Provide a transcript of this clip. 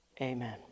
Amen